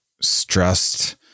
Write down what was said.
stressed